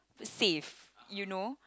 safe you know